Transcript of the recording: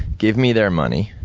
give me their money,